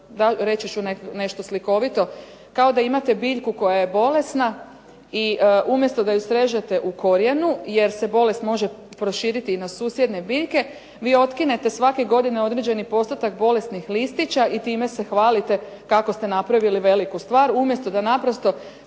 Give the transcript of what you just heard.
reći ću nešto slikovito, kao da imate biljku koja je bolesna i umjesto da ju srežete u korijenu jer se bolest more proširiti i na susjedne biljke vi otkinete svake godine određeni postotak bolesnih listića i time se hvalite kako ste napravili veliku stvar umjesto da naprosto